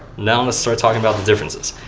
now let's start talking about the differences.